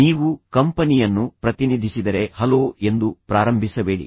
ನೀವು ಕಂಪನಿಯನ್ನು ಪ್ರತಿನಿಧಿಸಿದರೆ ಹಲೋ ಎಂದು ಪ್ರಾರಂಭಿಸಬೇಡಿ